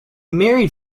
married